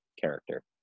character